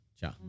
Ciao